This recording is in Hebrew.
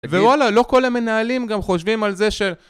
ווואלה, לא כל המנהלים גם חושבים על זה ש...